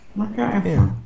Okay